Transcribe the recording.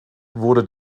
wurde